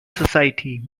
society